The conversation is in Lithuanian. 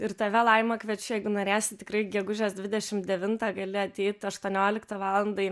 ir tave laima kviečiu jeigu norėsi tikrai gegužės dvidešimt devintą gali ateiti aštuonioliktą valandą į